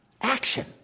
Action